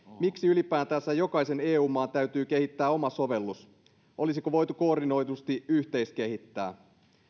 miksi ylipäätänsä jokaisen eu maan täytyy kehittää oma sovellus olisiko voitu koordinoidusti yhteiskehittää